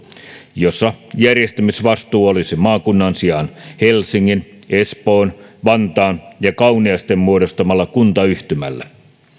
jossa järjestämisvastuu olisi maakunnan sijaan helsingin espoon vantaan ja kauniaisten muodostamalla kuntayhtymällä